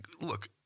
look